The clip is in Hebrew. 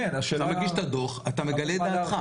כשאתה מגיש את הדוח, אתה מגלה את דעתך.